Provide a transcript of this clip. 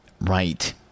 Right